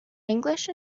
english